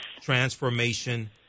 Transformation